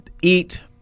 Eat